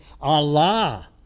Allah